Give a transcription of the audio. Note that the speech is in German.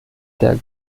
der